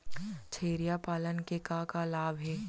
छेरिया पालन के का का लाभ हे?